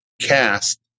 cast